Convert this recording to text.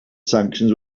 sanctions